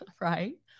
Right